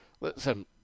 listen